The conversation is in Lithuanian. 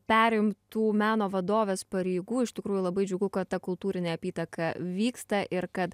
perimtų meno vadovės pareigų iš tikrųjų labai džiugu kad ta kultūrinė apytaka vyksta ir kad